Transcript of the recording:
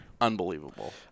unbelievable